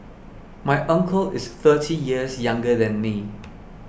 my uncle is thirty years younger than me